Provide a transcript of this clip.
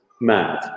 mad